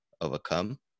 overcome